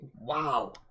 Wow